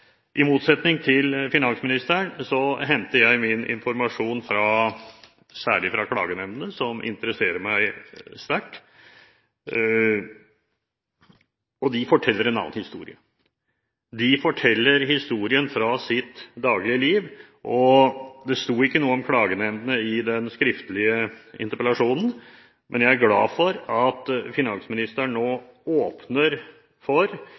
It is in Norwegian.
I motsetning til finansministeren henter jeg min informasjon særlig fra klagenemndene, som interesserer meg sterkt, og de forteller en annen historie. De forteller historien fra sitt daglige liv. Det sto ikke noe om klagenemndene i den skriftlige interpellasjonen, men jeg er glad for at finansministeren nå åpner for